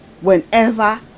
whenever